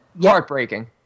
heartbreaking